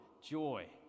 joy